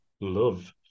love